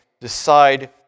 decide